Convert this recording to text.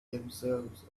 themselves